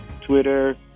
twitter